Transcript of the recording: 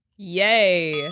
Yay